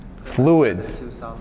Fluids